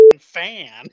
fan